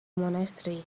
monastery